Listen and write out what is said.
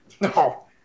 No